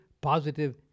positive